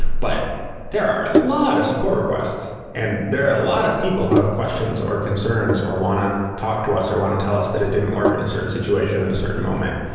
but there are a lot of support requests and there a lot of people who have questions or concerns or want to talk to us or want to tell us that it didn't work in a certain situation in a certain moment.